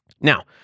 Now